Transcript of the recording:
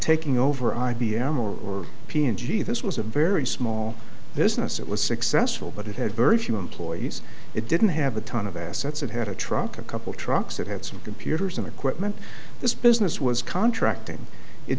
taking over i b m or p and g this was a very small business it was successful but it had very few employees it didn't have a ton of assets it had a truck a couple trucks it had some computers and equipment this business was contracting it